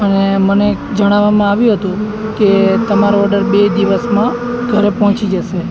મને જણાવવામાં આવ્યું હતું કે તમારો ઓર્ડર બે દિવસમાં ઘરે પહોંચી જશે